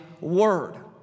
word